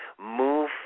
move